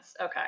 Okay